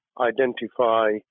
identify